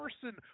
person